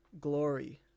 glory